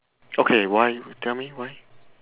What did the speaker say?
okay why tell me why